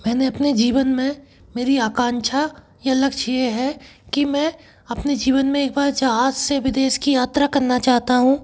मैंने अपनी जीवन में मेरी आकांक्षा या लक्ष्य ये है कि मैं अपने जीवन में वह जहाज़ से विदेश की यात्रा करना चाहता हूँ